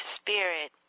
Spirit